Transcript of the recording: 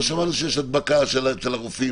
בבקשה.